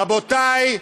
רבותי,